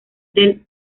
del